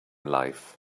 life